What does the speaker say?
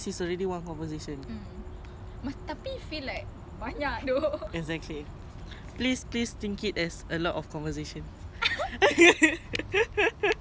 is like you want more money go work as a broadcast exactly I also want money everyone wants money